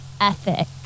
ethic